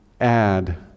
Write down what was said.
add